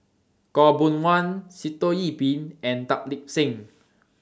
Khaw Boon Wan Sitoh Yih Pin and Tan Lip Seng